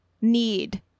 need